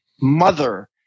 mother